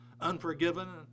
unforgiven